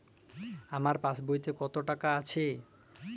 আমার পাসবইতে কত টাকা আছে?